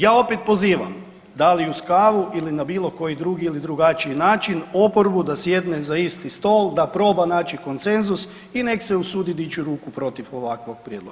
Ja opet pozivam, da li uz kavu ili bilo koji drugi ili drugačiji način oporbu da sjedne za isti stol, da proba naći konsenzus i nek se usudi dići ruku protiv ovakvog prijedloga.